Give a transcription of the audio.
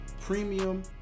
premium